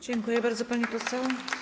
Dziękuję bardzo, pani poseł.